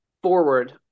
forward